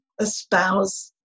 espouse